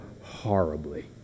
horribly